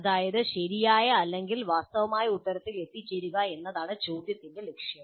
അതായത് ശരിയായ അല്ലെങ്കിൽ വാസ്തവമായ ഉത്തരത്തിൽ എത്തിച്ചേരുക എന്നതാണ് ചോദ്യത്തിന്റെ ലക്ഷ്യം